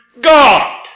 God